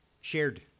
shared